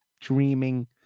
dreaming